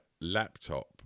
laptop